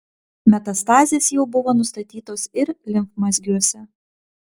metastazės jau buvo nustatytos ir limfmazgiuose